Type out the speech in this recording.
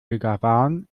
begawan